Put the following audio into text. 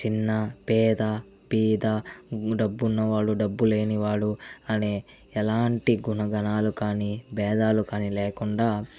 చిన్న పేద బీద డబ్బు ఉన్నవాడు డబ్బు లేని వాడు అనే ఎలాంటి గుణగణాలు కానీ బేధాలు కానీ లేకుండా